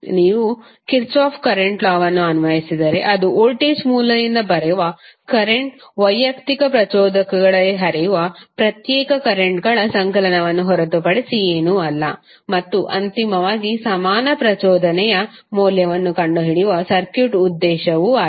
ನೀವು Kirchhoff current law ವನ್ನುKirchhoff's current law ಅನ್ವಯಿಸಿದರೆ ಅದು ವೋಲ್ಟೇಜ್ ಮೂಲದಿಂದ ಬರುವ ಕರೆಂಟ್ ವೈಯಕ್ತಿಕ ಪ್ರಚೋದಕಗಳಲ್ಲಿ ಹರಿಯುವ ಪ್ರತ್ಯೇಕ ಕರೆಂಟ್ ಗಳ ಸಂಕಲನವನ್ನು ಹೊರತುಪಡಿಸಿ ಏನೂ ಅಲ್ಲ ಮತ್ತು ಅಂತಿಮವಾಗಿ ಸಮಾನ ಪ್ರಚೋದನೆಯ ಮೌಲ್ಯವನ್ನು ಕಂಡುಹಿಡಿಯುವ ಸರ್ಕ್ಯೂಟ್ ಉದ್ದೇಶವು ಆಗಿದೆ